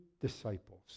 disciples